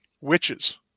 Witches